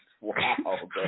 Wow